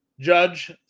Judge